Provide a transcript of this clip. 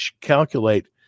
calculate